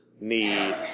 need